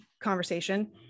conversation